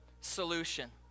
solution